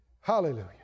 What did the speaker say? Hallelujah